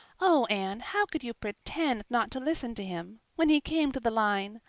oh, anne, how could you pretend not to listen to him? when he came to the line,